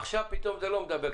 עכשיו פתאום זה לא מדבק,